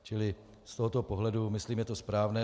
Čili z tohoto pohledu myslím, je to správné.